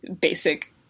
basic